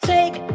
Take